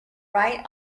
right